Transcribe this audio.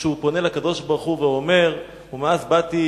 כשהוא פונה לקדוש-ברוך-הוא ואומר: "ומאז באתי